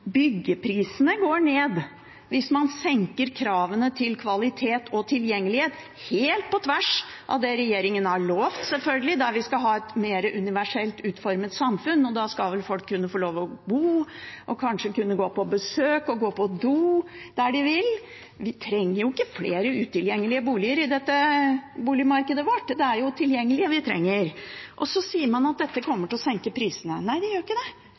byggeprisene går ned hvis man senker kravene til kvalitet og tilgjengelighet – selvfølgelig helt på tvers av det regjeringen har lovt, at vi skal ha et mer universelt utformet samfunn. Og da skal vel folk kunne få lov til å bo og kanskje kunne gå på besøk og gå på do der de vil? Vi trenger ikke flere utilgjengelige boliger i dette boligmarkedet vårt. Det er jo tilgjengelige boliger vi trenger. Så sier man at dette kommer til å senke prisene. Nei, det gjør ikke det;